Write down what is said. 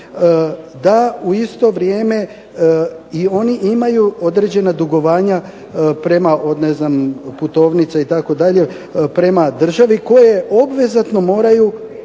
da u isto vrijeme i oni imaju određena dugovanja prema ne znam putovnica itd. prema državi koje obvezatno moraju